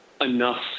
enough